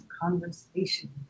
Conversation